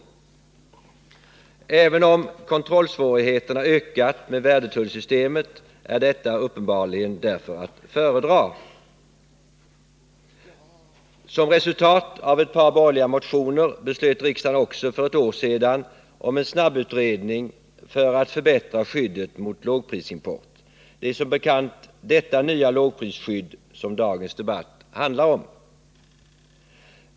Därför är, även om kontrollsvårigheterna ökat med värdetullsystemet, detta uppenbarligen att föredra. Som resultat av ett par borgerliga motioner beslöt riksdagen också för ett år sedan om en snabbutredning för att förbättra skyddet mot lågprisimport. Det är som bekant detta nya lågprisskydd som dagens debatt handlar om.